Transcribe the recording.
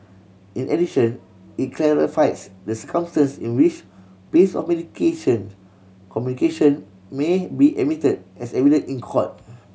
in addition it clarifies the circumstances in which piece of mediation communication may be admitted as evidence in court